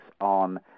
on